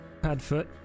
Padfoot